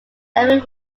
never